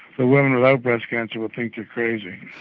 the woman without breast cancer will think you are crazy.